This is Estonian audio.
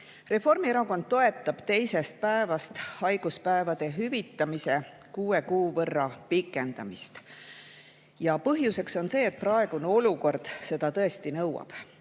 Reformierakond toetab teisest päevast haiguspäevade hüvitamise kuue kuu võrra pikendamist. Põhjuseks on see, et praegune olukord seda tõesti nõuab.